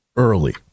Early